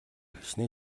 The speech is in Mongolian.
хэчнээн